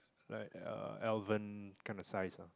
like uh Elvain kind of size ah